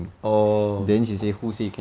oh